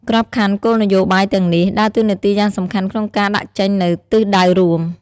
ក្របខ័ណ្ឌគោលនយោបាយទាំងនេះដើរតួនាទីយ៉ាងសំខាន់ក្នុងការដាក់ចេញនូវទិសដៅរួម។